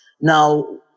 Now